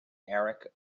eric